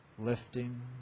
lifting